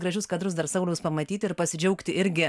gražius kadrus dar sauliaus pamatyti ir pasidžiaugti irgi